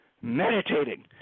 meditating